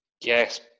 Yes